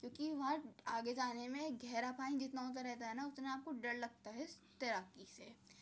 کیوں کہ وہ آگے جانے میں گہرا پانی جتنا ہوتا رہتا ہے نہ اتنا آپ کو ڈر لگتا ہے تیراکی سے